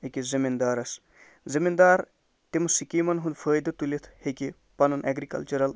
أکِس زٔمیٖندارَس زٔمیٖندار تِم سِکیٖمَن ہُند فٲیدٕ تُلِتھ ہیٚکہِ پَنُن ایٚگرِکَلچَرَل